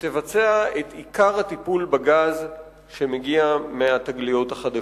שתבצע את עיקר הטיפול בגז שמגיע מהתגליות החדשות.